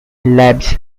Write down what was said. labs